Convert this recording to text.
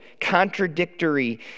contradictory